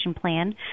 plan